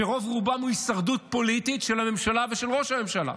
שרוב-רובם הם הישרדות פוליטית של הממשלה ושל ראש הממשלה,